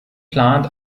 plant